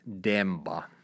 Demba